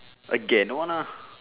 again don't want lah